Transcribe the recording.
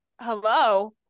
hello